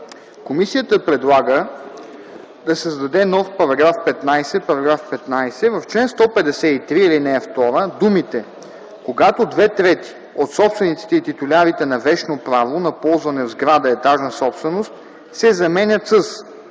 Комисията предлага да се създаде нов § 15: „§ 15. В чл. 153, ал. 2 думите „Когато две трети от собствениците и титулярите на вещно право на ползване в сграда – етажна собственост” се заменят с